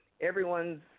everyone's